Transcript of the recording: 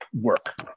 work